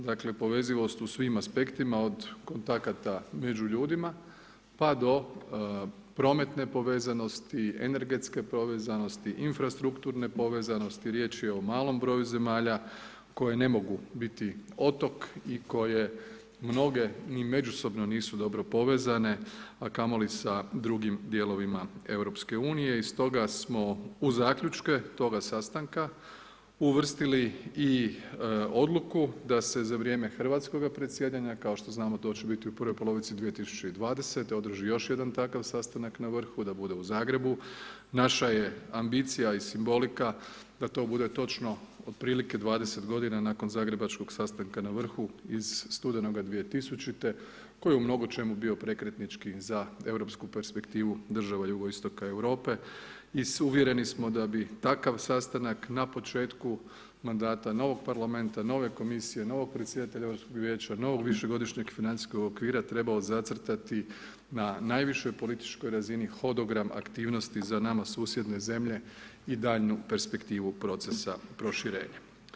Dakle, povezanost u svim aspektima, od kontakata među ljudima, pa do prometne povezanosti, energetske povezanosti infrastrukture povezanosti, riječ je o malom broju zemalja koje ne mogu biti otok i koje mnoge ni međusobno nisu dobro povezane, a kamoli sa drugim dijelovima EU i stoga smo uz zaključke toga sastanka uvrstili i odluku da se za vrijeme hrvatskoga predsjedanja, kao što znamo to će biti u prvoj polovici 2020. održi još jedan takav sastanak na vrhu da bude u Zagrebu, naša je ambicija i simbolika da to bude točno otprilike 20 godina nakon zagrebačkog sastanka na vrhu iz studenog 2000. koji je u mnogo čemu bio prekretnički za europsku perspektivu država jugoistoka Europe i uvjereni smo bi takav sastanak na početku mandata novog parlamenta, nove komisije, novog predsjedatelja vijeća, novog višegodišnjeg financijskog okvira trebao zacrtati na najvišoj političkoj razini hodogram aktivnosti za nama susjedne zemlje i daljnju perspektivu procesa proširenja.